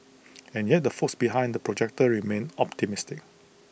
and yet the folks behind the projector remain optimistic